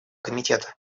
комитета